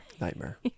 nightmare